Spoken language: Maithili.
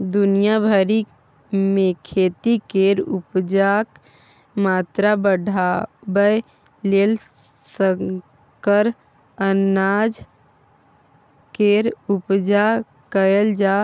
दुनिया भरि मे खेती केर उपजाक मात्रा बढ़ाबय लेल संकर अनाज केर उपजा कएल जा